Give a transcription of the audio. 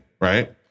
right